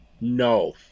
No